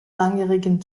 langjährigen